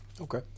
Okay